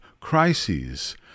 crises